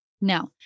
Now